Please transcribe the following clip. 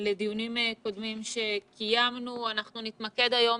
לדיונים קודמים שקיימנו בנושא ונתמקד היום